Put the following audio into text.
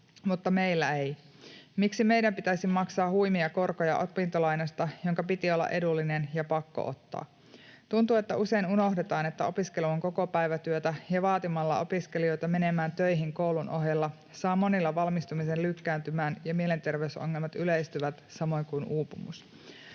mutta meillä ei? Miksi meidän pitäisi maksaa huimia korkoja opintolainasta, jonka piti olla edullinen ja pakko ottaa? Tuntuu, että usein unohdetaan, että opiskelu on kokopäivätyötä ja vaatimalla opiskelijoita menemään töihin koulun ohella saa monilla valmistumisen lykkääntymään ja mielenterveysongelmat yleistyvät, samoin kuin uupumus.